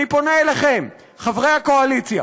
אני פונה אליכם, חברי הקואליציה: